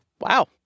Wow